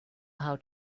how